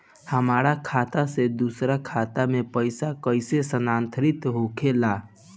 हमार खाता में दूसर खाता से पइसा कइसे स्थानांतरित होखे ला?